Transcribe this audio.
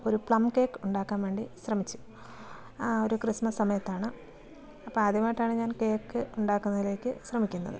ഒരു plum cake ഉണ്ടാക്കാൻ വേണ്ടി ശ്രമിച്ചു ആ ഒരു ക്രിസ്മസ് സമയത്താണ് അപ്പോൾ ആദ്യമായിട്ടാണ് ഞാൻ കേക്ക് ഉണ്ടാക്കുന്നതിലേക്ക് ശ്രമിക്കുന്നത്